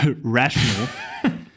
rational